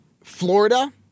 Florida